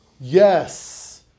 yes